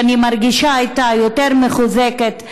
שאני מרגישה אתה יותר מחוזקת,